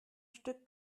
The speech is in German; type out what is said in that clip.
stück